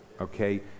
okay